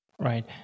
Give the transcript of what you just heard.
Right